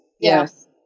yes